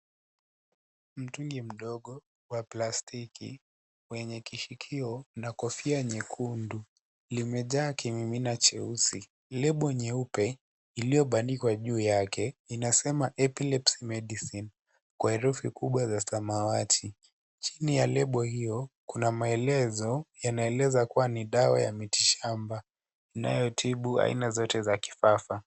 Mtungi mdogo wa plastiki wenye kishikio na kofia nyekundu, imejaa kimimina cheusi na lebo nyeupe iliyo bandikwa juu yake inasema Epilepsy medicine kwa herufi kubwa za samawati. Chini ya lebo hiyo Kuna maelezo yanaeleza kuwa ni dawa ya miti shamba yanayo tibu aina Zote za kifafa.